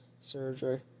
surgery